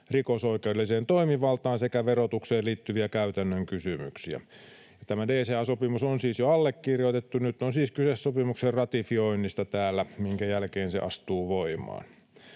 rikosoikeudelliseen toimivaltaan sekä verotukseen liittyviä käytännön kysymyksiä. Tämä DCA-sopimus on siis jo allekirjoitettu. Nyt on siis kyse sopimuksen ratifioinnista täällä, minkä jälkeen se astuu voimaan.